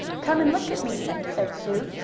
come and look at me, said sue,